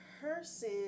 person